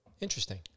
Interesting